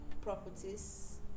properties